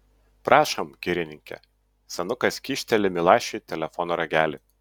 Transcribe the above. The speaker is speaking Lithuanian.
prašom girininke senukas kyšteli milašiui telefono ragelį